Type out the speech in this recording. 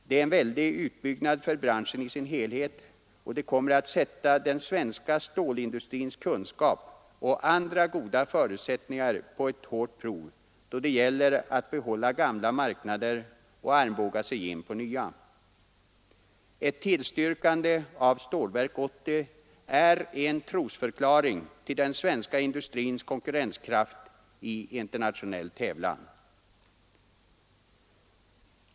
Det är en väldig utbyggnad inom branschen i dess helhet, och ef nytt stålverk det kommer att sätta den svenska stålindustrins kunskap och andra goda i Luleå förutsättningar på ett hårt prov då det gäller att behålla gamla marknader och armbåga sig in på nya. Ett tillstyrkande av Stålverk 80 innebär att vi förklarar oss tro på den svenska industrins konkurrenskraft i internationell tävlan.